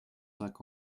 cinq